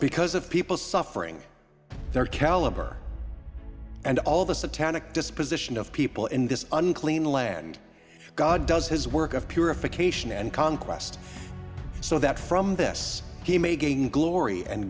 because of people suffering their caliber and all the satanic disposition of people in this unclean land god does his work of purification and conquest so that from this he may gain glory and